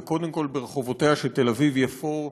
וקודם כול ברחובותיה של תל אביב-יפו,